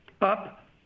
up